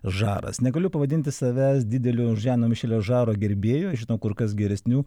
žaras negaliu pavadinti savęs dideliu žano mišelio žaro gerbėju žinau kur kas geresnių